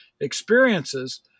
experiences